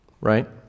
Right